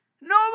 No